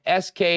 SK